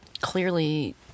Clearly